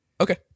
Okay